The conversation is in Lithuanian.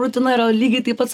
rutina yra lygiai taip pat